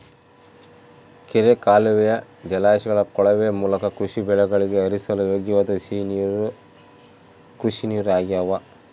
ಕೆರೆ ಕಾಲುವೆಯ ಜಲಾಶಯಗಳ ಕೊಳವೆ ಮೂಲಕ ಕೃಷಿ ಬೆಳೆಗಳಿಗೆ ಹರಿಸಲು ಯೋಗ್ಯವಾದ ಸಿಹಿ ನೀರು ಕೃಷಿನೀರು ಆಗ್ಯಾವ